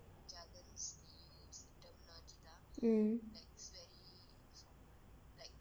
mm